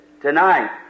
tonight